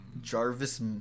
Jarvis